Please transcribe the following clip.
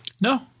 no